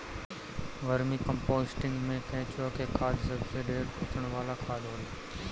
vermi composting में केचुआ के खाद सबसे ढेर पोषण वाला खाद होला